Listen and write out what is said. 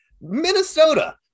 Minnesota